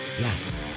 Yes